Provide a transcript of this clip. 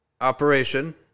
operation